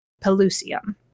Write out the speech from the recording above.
Pelusium